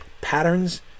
patterns